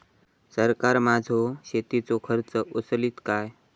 सरकार माझो शेतीचो खर्च उचलीत काय?